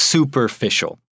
Superficial